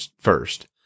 first